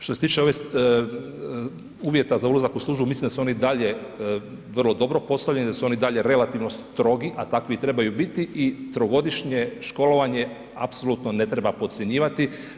Što se tiče ove, uvjeta za ulazak u službu, mislim da su oni i dalje vrlo dobro postavljeni, da su oni i dalje relativno strogi, a takvi i trebaju biti i trogodišnje školovanje apsolutno ne treba podcjenjivati.